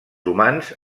humans